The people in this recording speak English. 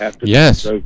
Yes